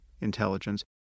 intelligence